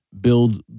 build